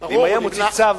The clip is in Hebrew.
ברור, אם הוא היה מוציא צו,